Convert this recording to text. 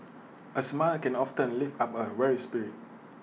A smile can often lift up A weary spirit